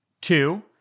Two